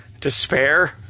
despair